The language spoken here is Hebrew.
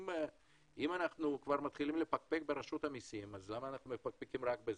אם אנחנו כבר מתחילים לפקפק ברשות המסים אז למה מפקפקים רק בזה?